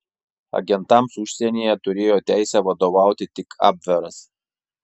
agentams užsienyje turėjo teisę vadovauti tik abveras